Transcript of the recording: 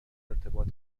ارتباط